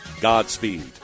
Godspeed